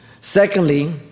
Secondly